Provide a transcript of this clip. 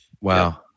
wow